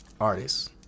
artists